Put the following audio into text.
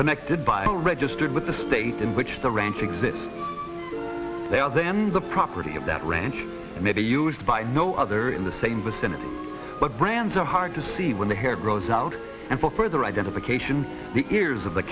connected by a registered with the state in which the ranch exists they are then the property of that ranch may be used by no other in the same vicinity but brands are hard to see when the hair grows out and for further identification the ears of the